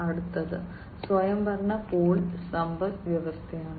അടുത്തത് സ്വയംഭരണ പുൾ സമ്പദ് വ്യവസ്ഥയാണ്